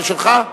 זה שלך?